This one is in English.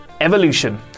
Evolution